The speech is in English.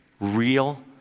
real